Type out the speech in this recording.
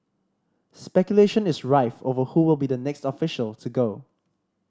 speculation is rife over who will be the next official to go